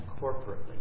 corporately